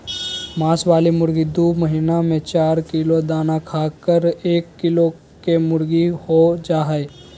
मांस वाली मुर्गी दू महीना में चार किलो दाना खाकर एक किलो केमुर्गीहो जा हइ